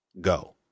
Go